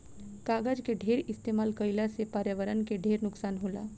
कागज के ढेर इस्तमाल कईला से पर्यावरण के ढेर नुकसान होला